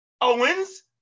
Owens